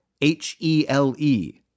H-E-L-E